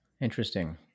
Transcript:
Interesting